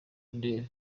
undebe